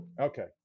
Okay